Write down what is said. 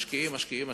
משקיעים,